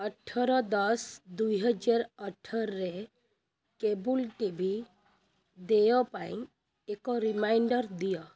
ଅଠର ଦଶ ଦୁଇହଜାର ଅଠରରେ କେବୁଲ୍ ଟି ଭି ଦେୟ ପାଇଁ ଏକ ରିମାଇଣ୍ଡର୍ ଦିଅ